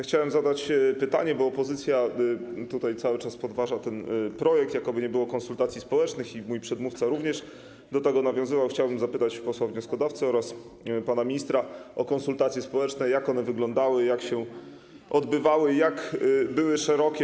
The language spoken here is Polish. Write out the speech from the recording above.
Chciałem zadać pytanie, bo opozycja cały czas podważa ten projekt, jakoby nie było konsultacji społecznych, mój przedmówca również do tego nawiązywał, chciałbym zapytać posła wnioskodawcę oraz pana ministra o konsultacje społeczne, jak one wyglądały, jak się odbywały, jak były szerokie.